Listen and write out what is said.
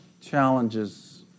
challenges